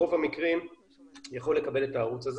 ברוב המקרים יכול לקבל את הערוץ הזה